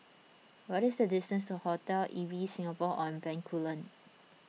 what is the distance to Hotel Ibis Singapore on Bencoolen